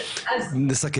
נסכם.